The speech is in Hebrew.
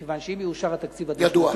מכיוון שאם יאושר התקציב הדו-שנתי,